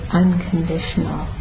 unconditional